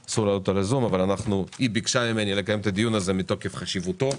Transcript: אבל היא ביקשה ממני לקיים את הדיון הזה בכל זאת,